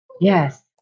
Yes